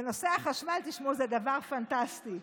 בנושא החשמל זה דבר פנטסטי.